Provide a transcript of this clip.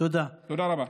תודה רבה.